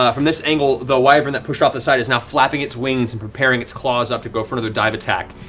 ah from this angle, the wyvern that pushed off the side is now flapping its wings and preparing its claws to go for another dive attack.